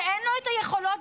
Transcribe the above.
שאין לו את היכולות,